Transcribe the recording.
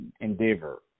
endeavor